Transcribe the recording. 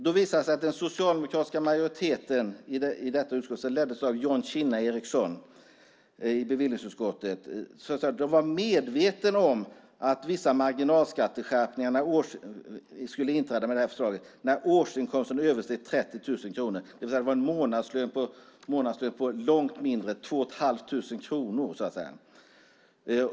Det visar sig att den socialdemokratiska majoriteten i detta utskott som leddes av John "Kinna" Ericsson var medveten om att vissa marginalskatteskärpningar skulle inträda med förslaget när årsinkomsten översteg 30 000 kronor, det vill säga vid en månadslön på ungefär 2 500 kronor. Detta gällde även för ensamstående.